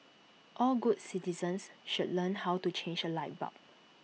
all good citizens should learn how to change A light bulb